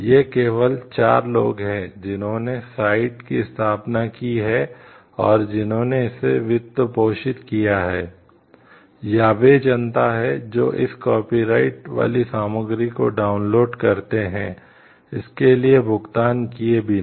ये केवल चार लोग हैं जिन्होंने साइट करते हैं इसके लिए भुगतान किए बिना